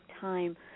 time